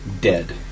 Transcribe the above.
Dead